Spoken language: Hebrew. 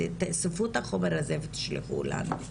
תאספו את החומר הזה ותשלחו לנו.